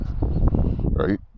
Right